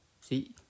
See